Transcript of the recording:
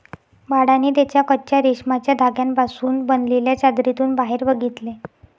बाळाने त्याच्या कच्चा रेशमाच्या धाग्यांपासून पासून बनलेल्या चादरीतून बाहेर बघितले